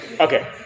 Okay